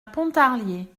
pontarlier